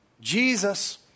Jesus